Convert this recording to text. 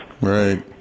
Right